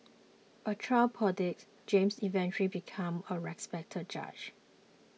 a child prodigy James eventually become a respected judge